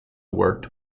worked